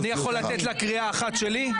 אני יכול לתת לה קריאה אחת שלי?